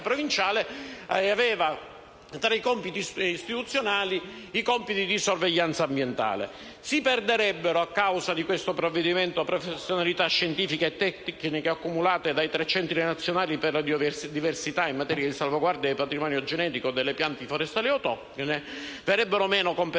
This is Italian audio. aveva, tra i compiti istituzionali, quello della sorveglianza ambientale. Si perderebbero, a causa di questo provvedimento, professionalità scientifiche e tecniche accumulate dai tre centri nazionali per la biodiversità in materia di salvaguardia del patrimonio genetico delle piante forestali autoctone, verrebbero meno competenze